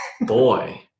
Boy